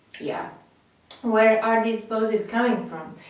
yeah where are these poses coming from?